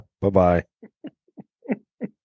Bye-bye